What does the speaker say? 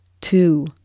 two